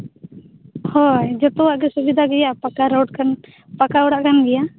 ᱦᱳᱭ ᱡᱚᱛᱚᱣᱟᱜ ᱜᱮ ᱥᱩᱵᱤᱫᱟ ᱜᱮᱭᱟ ᱯᱟᱠᱟ ᱨᱳᱰ ᱠᱟᱱᱟ ᱯᱟᱠᱟ ᱚᱲᱟᱜ ᱠᱟᱱ ᱜᱮᱭᱟ